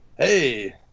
Hey